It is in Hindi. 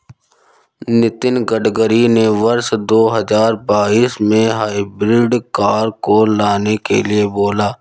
नितिन गडकरी ने वर्ष दो हजार बाईस में हाइब्रिड कार को लाने के लिए बोला